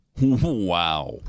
Wow